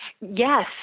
Yes